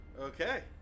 Okay